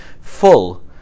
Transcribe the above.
full